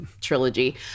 trilogy